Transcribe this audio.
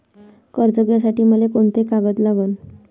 कर्ज घ्यासाठी मले कोंते कागद लागन?